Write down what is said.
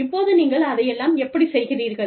இப்போது நீங்கள் அதையெல்லாம் எப்படிச் செய்கிறீர்கள்